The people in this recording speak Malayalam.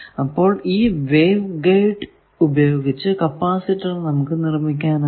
അപ്പോൾ ഈ വേവ് ഗൈഡ് ഉപയോഗിച്ച് കപ്പാസിറ്റർ നമുക്ക് നിർമിക്കാനാകും